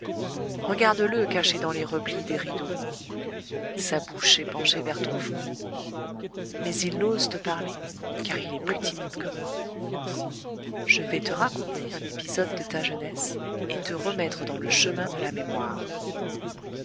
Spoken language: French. regarde-le caché dans les replis des rideaux sa bouche est penchée vers ton front mais il n'ose te parler car il est plus timide que moi je vais te raconter un épisode de ta jeunesse et te remettre dans le chemin de la mémoire